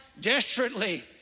Desperately